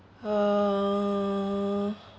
uh